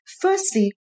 firstly